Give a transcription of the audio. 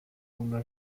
una